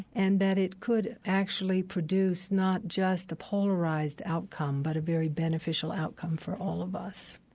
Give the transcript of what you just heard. and that it could actually produce not just a polarized outcome but a very beneficial outcome for all of us